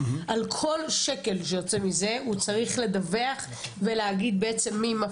על כל שקל שיוצא מזה הוא צריך לדווח ולהגיד בעצם מי מפקיד?